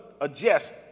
adjust